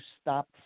stop